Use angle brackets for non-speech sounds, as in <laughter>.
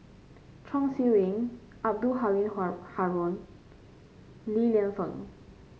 Chong Siew Ying Abdul Halim <unintelligible> Haron Li Lienfung